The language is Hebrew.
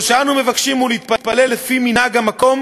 כל שאנו מבקשים זה לנהוג לפי מנהג המקום